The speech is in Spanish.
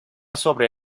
sobre